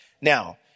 Now